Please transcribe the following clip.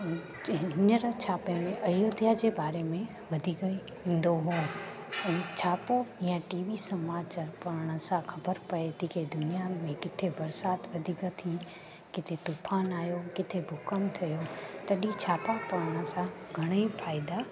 हींअर छापे में अयोध्या जे बारे में वधीक ईंदो आहे छापो या टी वी समाचार पढ़ण सां ख़बर पए थी कि दुनिया में किथे बरसाति वधीक थी किथे तूफ़ान आहियो किथे भूकंप थियो तॾहिं छापो पढ़ण सां घणेई फ़ाइदा